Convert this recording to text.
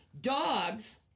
Dogs